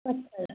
ਅੱਛਾ